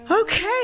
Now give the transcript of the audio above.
Okay